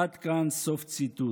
עד כאן, סוף ציטוט.